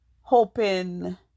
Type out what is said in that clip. hoping